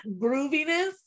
grooviness